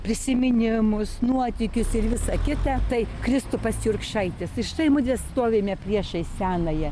prisiminimus nuotykius ir visa kita tai kristupas jurkšaitis ir štai mudvi stovime priešais senąją